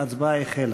ההצבעה החלה.